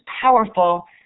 powerful